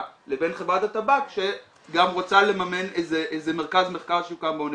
לבין חברת הטבק שגם רוצה לממן איזה מרכז מחקר שיוקם באוניברסיטה.